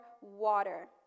water